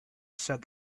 said